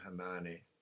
Hermione